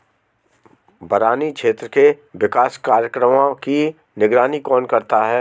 बरानी क्षेत्र के विकास कार्यक्रमों की निगरानी कौन करता है?